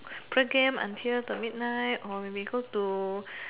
play game until the midnight or maybe go to